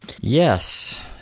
Yes